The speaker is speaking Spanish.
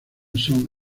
son